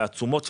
התשומות שלו,